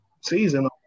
season